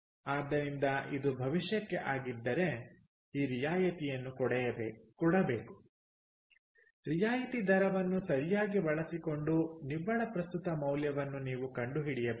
ಆದ್ದರಿಂದ ಇದು ಭವಿಷ್ಯಕ್ಕೆ ಆಗಿದ್ದರೆಈ ರಿಯಾಯತಿಯನ್ನು ಕೊಡಬೇಕು ರಿಯಾಯಿತಿ ದರವನ್ನು ಸರಿಯಾಗಿ ಬಳಸಿಕೊಂಡು ನಿವ್ವಳ ಪ್ರಸ್ತುತ ಮೌಲ್ಯವನ್ನು ನೀವು ಕಂಡುಹಿಡಿಯಬೇಕು